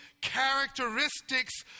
characteristics